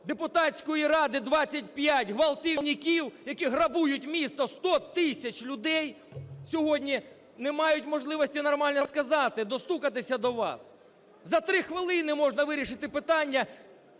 депутатської ради – 25 ґвалтівників, які грабують місто. 100 тисяч людей сьогодні не мають можливості нормально сказати, достукатися до вас. За три хвилини можна вирішити питання